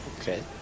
Okay